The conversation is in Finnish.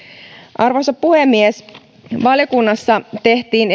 arvoisa puhemies valiokunnassa tehtiin